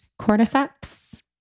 cordyceps